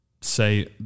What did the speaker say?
say